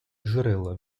джерела